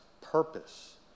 purpose